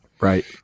Right